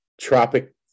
Tropic